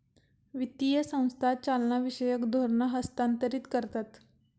वित्तीय संस्था चालनाविषयक धोरणा हस्थांतरीत करतत